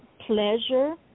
pleasure